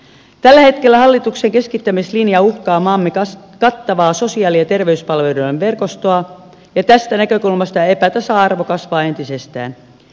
tällä hetkellä hallituksen keskittämislinja uhkaa maamme kattavaa sosiaali ja terveyspalveluiden verkostoa ja tästä näkökulmasta epätasa arvo kasvaa entisestään